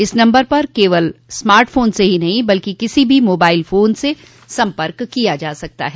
इस नम्बर पर केवल स्मार्ट फोन से ही नहीं बल्कि किसी भी मोबाइल फोन से सम्पर्क किया जा सकता है